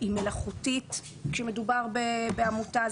היא מלאכותית כשמדובר בעמותה.